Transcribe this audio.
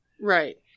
Right